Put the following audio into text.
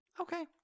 Okay